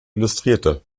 illustrierte